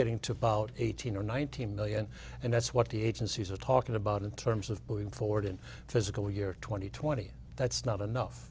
getting to about eighteen or nineteen million and that's what the agencies are talking about in terms of moving forward in physical year two thousand and twenty that's not enough